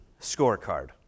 scorecard